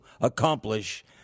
accomplish